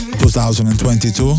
2022